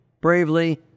bravely